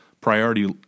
priority